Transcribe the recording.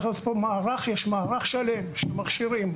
יש מערך שלם של מכשירים,